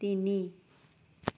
তিনি